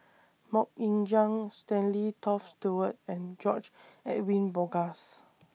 Mok Ying Jang Stanley Toft Stewart and George Edwin Bogaars